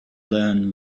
learn